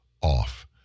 off